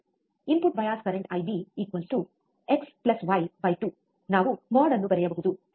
input bias current IB x y 2 ನಾವು mode ಅನ್ನು ಬರೆಯಬಹುದು ಅಲ್ಲವೇ